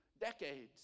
decades